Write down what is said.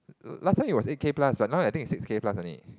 last time it was eight K plus but now I think is six K plus only